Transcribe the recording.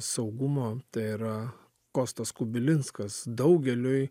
saugumo tai yra kostas kubilinskas daugeliui